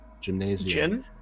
gymnasium